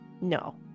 no